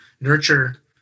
nurture